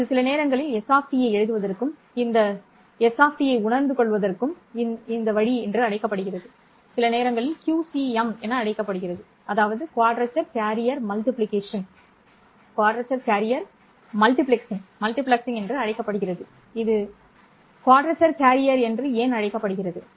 இது சில நேரங்களில் s ஐ எழுதுவதற்கும் இந்த சமிக்ஞையை உணர்ந்து கொள்வதற்கும் இந்த வழி என்றும் அழைக்கப்படுகிறது சிலநேரங்களில் QCM என அழைக்கப்படுகிறது இது குவாட்ரேச்சர் கேரியர் என அழைக்கப்படுகிறது ஏன் இது குவாட்ரேச்சர் கேரியர் என்று அழைக்கப்படுகிறது